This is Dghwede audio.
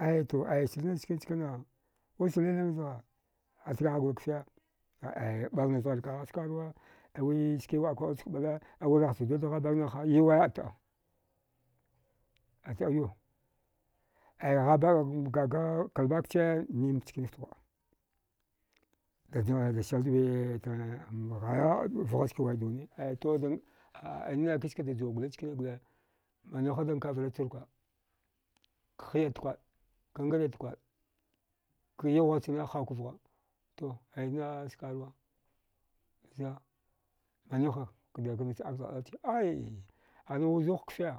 Aya to sirna chkan chkana us liling zgha a tghaghigur kfe aya 2alna zdghar kagha skarwa aya wiski waɗka waɗwud chk 2ala aiwirnahcha juwadghabagna ha yauwa a tɗa atama aya ghabagan gaga kalbakche ndig chkane fta ghwa. a dadnainda selsagan ghaya vghaska waiduna aito na kiskada juwa gole chkani gole maniwha dan kavira chruka ka hiya chkwaɗ ngre chkaɗ ka yighuwa chana hauk vgha to aya naa skarwa za maniwha ayi ana wuzuh kfe